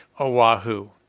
Oahu